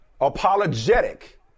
Apologetic